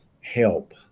help